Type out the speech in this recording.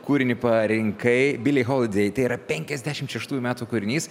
kūrinį parinkai bilei holiday tai yra penkiasdešim šeštųjų ųjų metų kūrinys